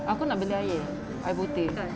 aku nak beli air air putih